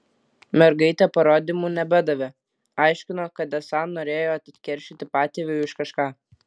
mergaitė parodymų nebedavė aiškino kad esą norėjo atkeršyti patėviui už kažką